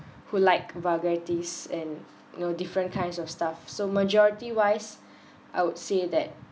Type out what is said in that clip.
who like vulgarities and no different kinds of stuff so majority wise I would say that